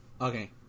Okay